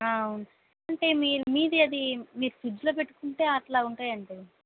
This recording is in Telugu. అవును అంటే మీరు మీది అది మీరు ఫ్రిడ్జ్లో పెట్టుకుంటే అట్లా ఉంటాయండి